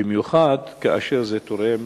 במיוחד כאשר זה תורם